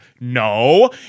No